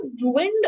ruined